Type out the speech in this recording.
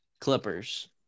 Clippers